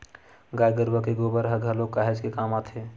गाय गरुवा के गोबर ह घलोक काहेच के काम आथे